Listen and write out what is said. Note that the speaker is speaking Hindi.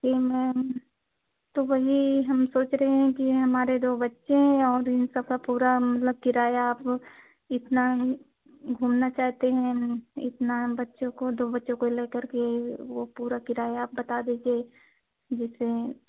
जी मैम तो वही हम सोच रहे हैं कि हमारे दो बच्चे हैं और इन सब का पूरा मतलब किराया आप इतना घू घूमना चाहते हैं इतना बच्चों को दो बच्चों को लेकर के वो पूरा किराया आप बता दीजिए जिससे